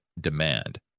demand